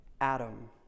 Adam